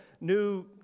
new